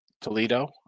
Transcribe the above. Toledo